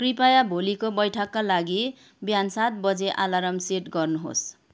कृपया भोलिको बैठकका लागि बिहान सात बजे अलार्म सेट गर्नुहोस्